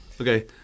Okay